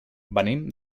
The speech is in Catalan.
venim